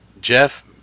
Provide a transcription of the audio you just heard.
Jeff